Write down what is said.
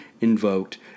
invoked